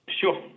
Sure